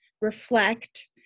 reflect